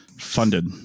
Funded